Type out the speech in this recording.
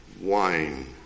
wine